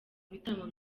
bitaramo